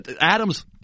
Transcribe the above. Adams